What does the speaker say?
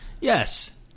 Yes